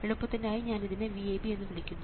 എളുപ്പത്തിനായി ഞാൻ ഇതിനെ VAB എന്ന് വിളിക്കുന്നു